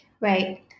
Right